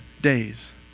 days